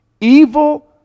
Evil